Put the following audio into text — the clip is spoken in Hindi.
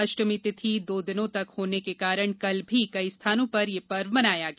अष्टमी तिथि दो दिनों तक होने के कारण कल भी कई स्थानों पर यह पर्व मनाया गया